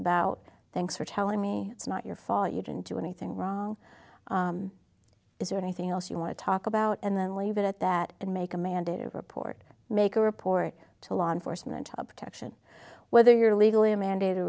about thanks for telling me it's not your fault you didn't do anything wrong is there anything else you want to talk about and then leave it at that and make a mandated report make a report to law enforcement protection whether you're legally a mandated